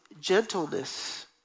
gentleness